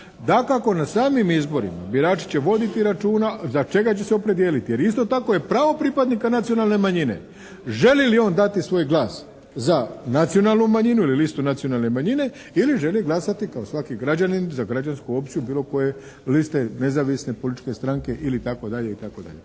Dakako, na samim izborima birači će voditi računa za čega će se opredijeliti. Jer isto tako je pravo pripadnika nacionalne manjine želi li on dati svoj glas za nacionalnu manjinu ili listu nacionalne manjine ili želi glasati kao svaki građanin za građansku opciju bilo koje liste nezavisne političke stranke, ili itd., itd.